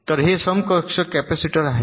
तर हे समकक्ष कॅपेसिटर आहेत